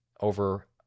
over